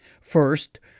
First